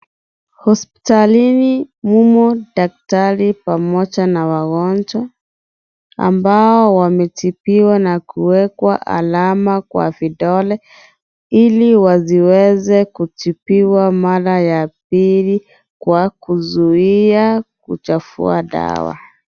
Hospitalini mumo daktari pamoja na wagonjwa. Ambao wametibiwa na kuwekwa alama kwa vidole. Ili waziweze kutibiwa mara ya pili kwa kuzuia kuchafua dawa.